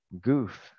goof